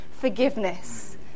forgiveness